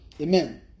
Amen